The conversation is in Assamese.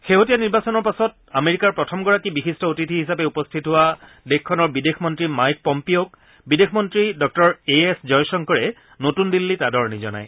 শেহতীয়া নিৰ্বাচনৰ পাছত আমেৰিকাৰ প্ৰথমগৰাকী বিশিষ্ট অতিথি হিচাপে উপস্থিত হোৱা দেশখনৰ বিদেশ মন্নী মাইক পম্পিঅ'ক বিদেশ মন্নী ডঃ এ এছ জয়শংকৰে নতুন দিল্লীত আদৰণি জনায়